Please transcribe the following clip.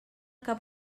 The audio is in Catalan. cap